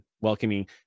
welcoming